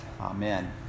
Amen